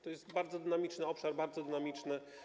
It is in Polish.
To jest bardzo dynamiczny obszar, bardzo dynamiczny.